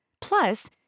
Plus